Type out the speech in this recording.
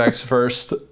first